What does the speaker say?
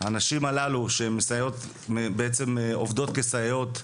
הנשים הללו שבעצם עובדות כסייעות,